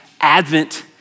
Advent